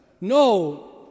no